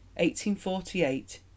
1848